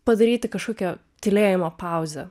padaryti kažkokią tylėjimo pauzę